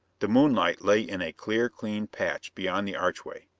the moonlight lay in a clear clean patch beyond the archway.